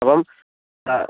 അപ്പം ആ